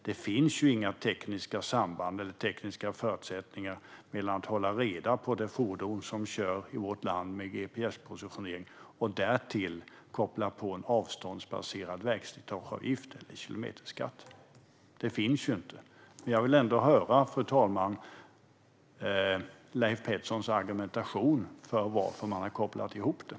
Det finns inga tekniska samband eller förutsättningar när det gäller att hålla reda på de fordon som kör i vårt land med gps-positionering och att därtill koppla på en avståndsbaserad vägslitageavgift eller kilometerskatt. Det finns inte, men jag vill ändå höra Leif Petterssons argumentation för varför man har kopplat ihop det.